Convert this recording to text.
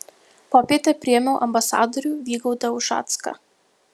popietę priėmiau ambasadorių vygaudą ušacką